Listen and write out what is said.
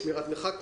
שמירת מרחק,